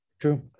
True